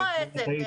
אני לא כועסת.